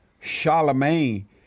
Charlemagne